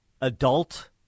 adult